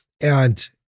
and-